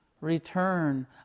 Return